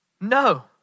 no